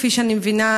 כפי שאני מבינה,